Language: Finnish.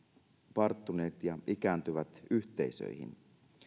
varttuneet ja ikääntyvät yhteisöihin